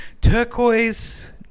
Turquoise